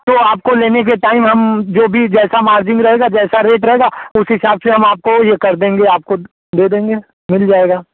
तो आपको लेने के टाइम हम जो भी जैसा मार्जिन रहेगा जैसा रेट रहेगा उस हिसाब से हम आपको यह कर देंगे आपको दे देंगे मिल जाएगा